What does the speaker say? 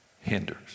hinders